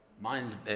Mind